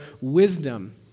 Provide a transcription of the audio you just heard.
wisdom